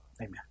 Amen